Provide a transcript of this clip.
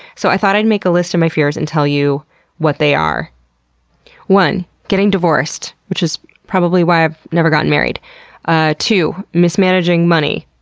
so, i thought i'd make a list of my fears and tell you what they are one, getting divorced, divorced, which is probably why i've never gotten married ah two, mismanaging money.